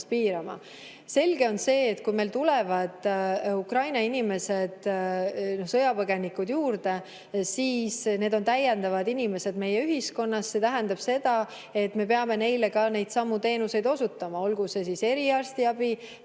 piirama. Selge on see, et kui meile tulevad Ukraina inimesed, sõjapõgenikud juurde, siis need on täiendavad inimesed meie ühiskonnas. See tähendab seda, et me peame neile ka neidsamu teenuseid osutama, olgu see siis eriarstiabi,